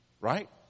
Right